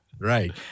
Right